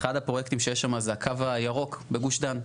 אחד הפרויקטים שיש שם זה הקו הירוק בגוש דן.